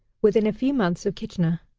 within a few months of kitchener.